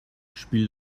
spiel